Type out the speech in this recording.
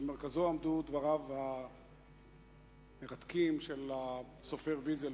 ובמרכזו עמדו דבריו המרתקים של הסופר ויזל,